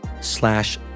slash